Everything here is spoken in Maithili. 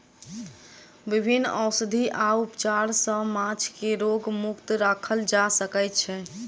विभिन्न औषधि आ उपचार सॅ माँछ के रोग मुक्त राखल जा सकै छै